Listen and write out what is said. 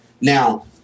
Now